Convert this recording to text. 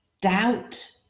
doubt